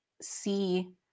see